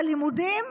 בלימודים,